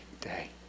day